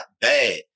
bad